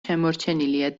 შემორჩენილია